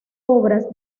obras